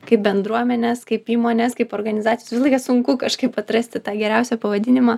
kaip bendruomenės kaip įmonės kaip organizacijos visą laiką sunku kažkaip atrasti tą geriausią pavadinimą